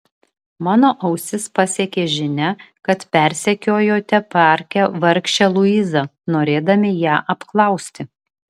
mano ausis pasiekė žinia kad persekiojote parke vargšę luizą norėdami ją apklausti